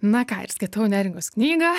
na ką ir skaitau neringos knygą